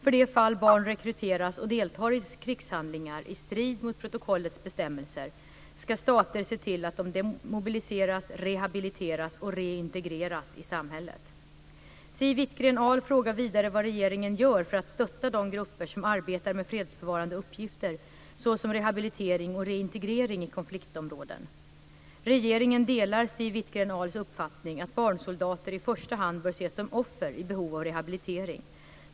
För de fall där barn rekryteras och deltar i krigshandlingar i strid mot protokollets bestämmelser, ska stater se till att de demobiliseras, rehabiliteras och reintegreras i samhället. Siw Wittgren-Ahl frågar vidare vad regeringen gör för att stötta de grupper som arbetar med fredsbevarande uppgifter såsom rehabilitering och reintegrering i konfliktområden. Regeringen delar Siw Wittgren-Ahls uppfattning att barnsoldater i första hand bör ses som offer i behov av rehabilitering.